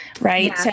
Right